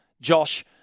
Josh